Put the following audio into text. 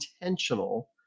intentional